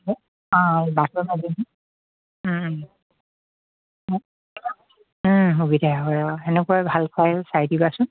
অঁ বাছৰ সুবিধা হয় আৰু সেনেকুৱাই ভাল চাই চাই দিবাচোন